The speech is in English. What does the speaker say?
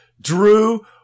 Drew